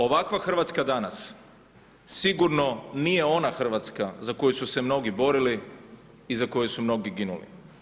Ovakva Hrvatska danas sigurno nije ona Hrvatska za koju su se mnogi borili i za koju su mnogi ginuli.